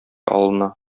алына